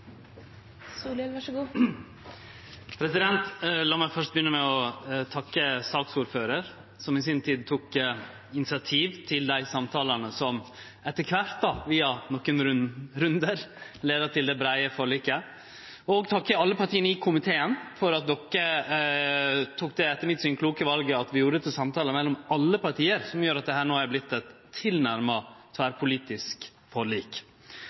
meg begynne med å takke saksordføraren, som i si tid tok initiativ til dei samtalane som etter kvart, via nokre rundar, leia til det breie forliket, og takke alle partia i komiteen for at de tok det etter mitt syn kloke valet at vi gjorde det til samtalar mellom alle partia, som gjer at dette her no er vorte eit tilnærma tverrpolitisk forlik.